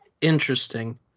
Interesting